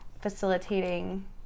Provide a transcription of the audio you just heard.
facilitating